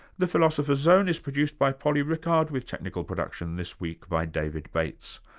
the philosopher's zone is produced by polly rickard with technical production this week by david bates.